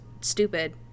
stupid